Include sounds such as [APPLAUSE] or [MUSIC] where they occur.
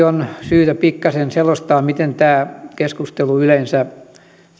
[UNINTELLIGIBLE] on syytä pikkasen selostaa miten tämä keskustelu yleensä